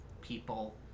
people